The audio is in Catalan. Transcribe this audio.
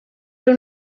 riu